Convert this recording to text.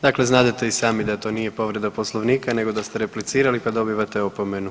Dakle, znadete i sami da to nije povreda Poslovnika nego da ste replicirali, pa dobivate opomenu.